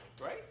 right